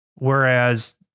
Whereas